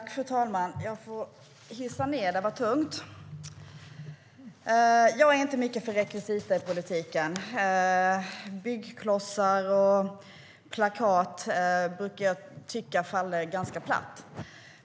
Fru talman! Jag är inte mycket för rekvisita i politiken. Byggklossar och plakat brukar jag tycka faller ganska platt.